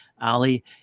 Ali